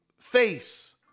face